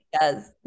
Yes